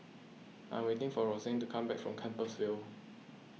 I'm waiting for Rosanne to come back from Compassvale